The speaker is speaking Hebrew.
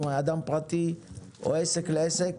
מאדם פרטי או מעסק לעסק,